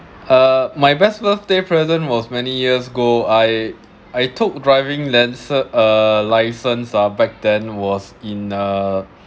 uh my best birthday present was many years ago I I took driving license uh license are back then was in uh